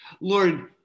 Lord